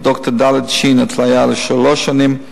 ד"ר ד"ש, התליה לשלוש שנים,